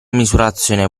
misurazione